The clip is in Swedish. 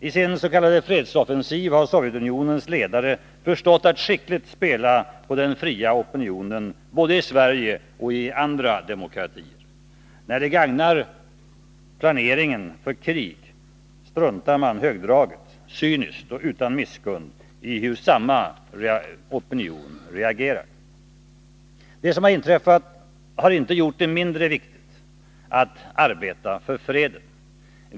I sin s.k. fredsoffensiv har Sovjetunionens ledare förstått att skickligt spela på den fria opinionen både i Sverige och i andra demokratier. När det gagnar planeringen för krig struntar man högdraget, cyniskt och utan misskund i hur samma opinioner reagerar. Det som har inträffat har inte gjort det mindre viktigt att arbeta för freden.